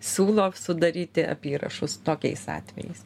siūlo sudaryti apyrašus tokiais atvejais